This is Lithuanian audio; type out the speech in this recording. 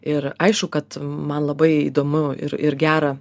ir aišku kad man labai įdomu ir ir gera